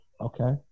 okay